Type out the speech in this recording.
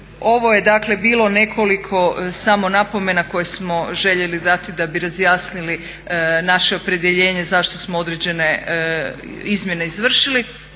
dakle bilo nekoliko samo napomena koje smo željeli dati da bi razjasnili naše opredjeljenje zašto smo određene izmjene izvršili.